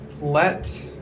let